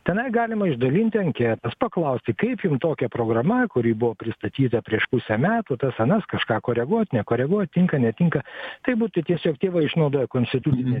tenai galima išdalinti anketas paklausti kaip jum tokia programa kuri buvo pristatyta prieš pusę metų tas anas kažką koreguot nekoreguot tinka netinka tai būtų tiesiog tėvai išnaudoja konstitucinį